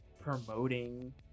promoting